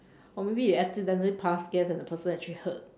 or maybe you accidentally pass gas and the person actually heard